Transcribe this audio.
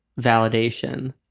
validation